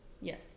Yes